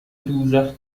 دوزخ